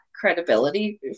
credibility